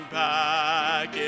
back